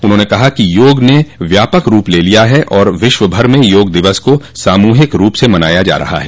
उन्होंने कहा कि योग ने व्यापक रूप ले लिया है और विश्व भर में योग दिवस को सामूहिक रूप से मनाया जा रहा है